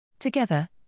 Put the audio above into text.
Together